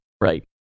right